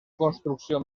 construcció